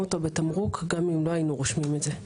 אותו בתמרוק גם אם לא היינו רושמים את זה.